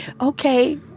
okay